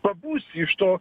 pabusti iš to